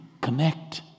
connect